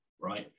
right